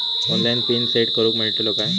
Online PIN set करूक मेलतलो काय?